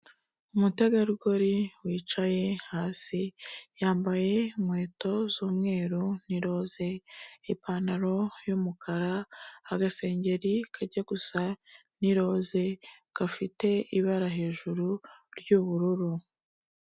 Umutegarugori wicaye hasi, yambaye inkweto z'umweru n'iroze, ipantaro y'umukara, agasengeri kajya gusa n'iroze, gafite ibara hejuru ry'ubururu.